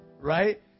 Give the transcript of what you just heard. right